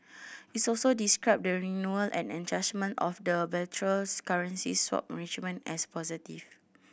it's also described the renewal and enhancement of the bilateral currency swap arrangement as positive